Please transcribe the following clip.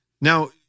Now